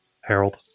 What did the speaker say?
Harold